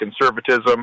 conservatism